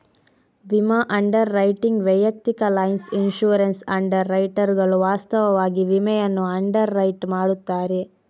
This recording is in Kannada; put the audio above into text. ವಿಮಾ ಅಂಡರ್ ರೈಟಿಂಗ್ ವೈಯಕ್ತಿಕ ಲೈನ್ಸ್ ಇನ್ಶೂರೆನ್ಸ್ ಅಂಡರ್ ರೈಟರುಗಳು ವಾಸ್ತವವಾಗಿ ವಿಮೆಯನ್ನು ಅಂಡರ್ ರೈಟ್ ಮಾಡುತ್ತಾರೆ